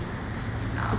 ya